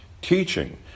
teaching